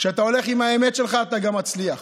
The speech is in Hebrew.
כשאתה הולך עם האמת שלך אתה גם מצליח.